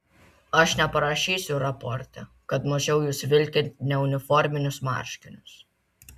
aš neparašysiu raporte kad mačiau jus vilkint neuniforminius marškinius